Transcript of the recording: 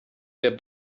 der